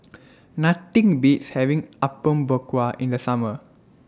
Nothing Beats having Apom Berkuah in The Summer